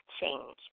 change